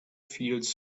feels